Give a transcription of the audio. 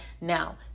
Now